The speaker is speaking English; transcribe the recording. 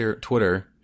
Twitter